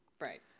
Right